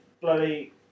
Bloody